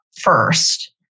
first